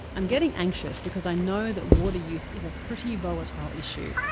i'm getting anxious because i know that water use is a pretty volatile issue.